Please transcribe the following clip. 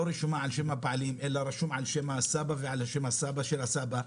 רשומה על שם הבעלים אלא רשום על שם הסבא ועל שם הסבא של הסבא,